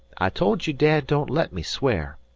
i told ye dad don't let me swear.